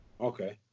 Okay